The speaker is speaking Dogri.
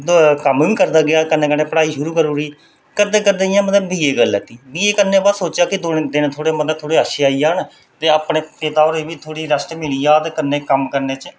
मतलब कम्म बी करदा गेआ कन्नै कन्नै पढ़ाई शुरू करी ओड़ी करदे करदे मतलब इ'यां बीए करी लैती बीए करने दे बाद सोचेआ देन मतलब थोह्ड़े अच्छे आई जान ते अपने पिता होरें ई बी थोह्ड़ी रैस्ट मिली जाह्ग कन्नै कम्म करने दा